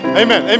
amen